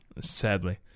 Sadly